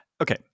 Okay